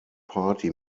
party